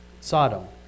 Sodom